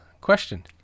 question